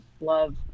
love